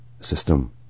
system